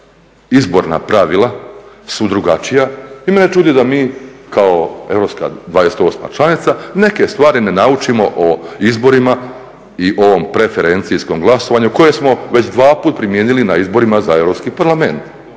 izborna pravila su drugačija i mene čudi da mi kao 28.europska članica neke stvari ne naučimo o izborima i ovom preferencijskom glasovanju koje smo već dva puta primijenili na izborima za Europski parlament.